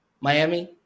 Miami